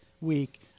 week